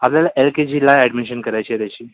आपल्याला एल के जीला ॲडमिशन करायची आहे त्याची